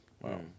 wow